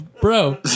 bro